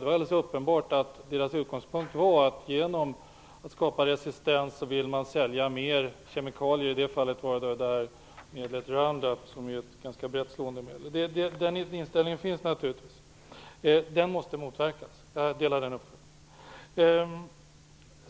Det var alldeles uppenbart att företagets utgångspunkt var att man genom att skapa resistens vill sälja mer kemikalier, i det fallet var medlet Round Up. Den inställningen finns naturligtvis. Den måste motverkas - jag delar den uppfattningen.